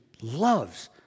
loves